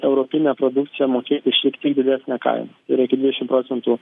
europinę produkciją mokėti šiek tiek didesnę kainą yra iki dvidešim procentų